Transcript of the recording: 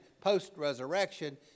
post-resurrection